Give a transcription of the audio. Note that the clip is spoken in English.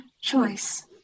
choice